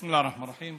בסם אללה א-רחמאן א-רחים.